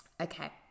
Okay